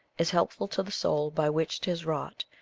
is helpful to the soul by which tis wrought,